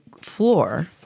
floor